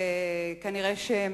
וכנראה הם